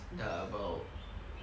uh about